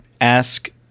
ask